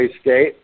State